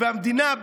והמדינה,